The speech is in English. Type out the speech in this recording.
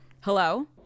Hello